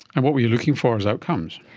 and what were you looking for as outcomes?